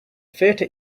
theater